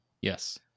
Yes